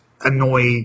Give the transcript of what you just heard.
annoy